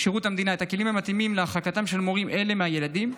את הכלים המתאימים להרחקתם של מורים אלה מהילדים.